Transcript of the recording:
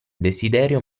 desiderio